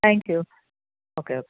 thank you okay okay